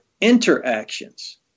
interactions